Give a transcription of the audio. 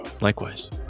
Likewise